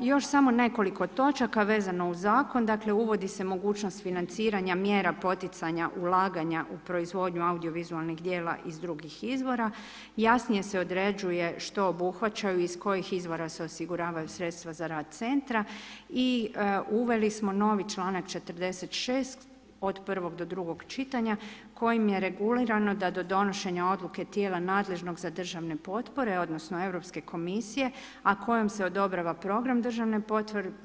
I još samo nekoliko točaka vezano uz zakon, dakle uvodi se mogućnost financiranja mjera poticanja ulaganja u proizvodnju audiovizualnih djela iz drugih izvora, jasnije se određuje što obuhvaćaju i iz kojih izvora se osiguravaju sredstva za rad centra i uveli smo novi članak 46 od prvog do drugog čitanja kojim je regulirana da do donošenja odluke tijela nadležnog za državne potpore, odnosno Europske komisije, a kojom se odobrava program državne